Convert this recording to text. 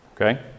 Okay